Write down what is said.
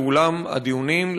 לאולם הדיונים,